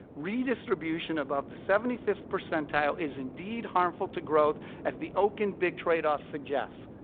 redistribution above the seventy five percentile is indeed harmful to growth as the okun big tradeoff suggests.